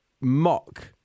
mock